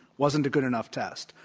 wasn't a good enough test,